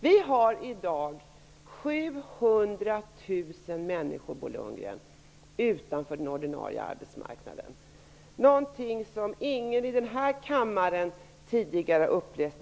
Vi har i dag 700 000 människor utanför den ordinarie arbetsmarknaden, Bo Lundgren. Arbetslösheten har en omfattning som ingen i den här kammaren tidigare har upplevt.